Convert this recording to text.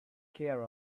care